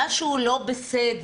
משהו לא בסדר.